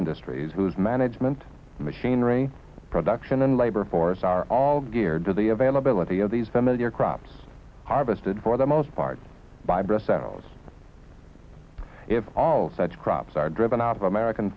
industries whose management machinery production and labor force are all geared to the availability of these familiar crops harvested for the most part by brussels if all such crops are driven out of american